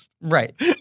Right